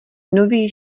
nový